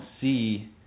see